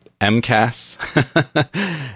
MCAS